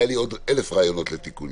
היו לי 1,000 רעיונות לתיקונים,